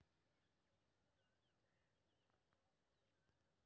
की हमर जैसन छोटा किसान फसल बीमा के लिये योग्य हय?